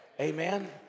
Amen